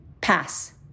pass